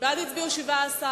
בעד הצביעו 17,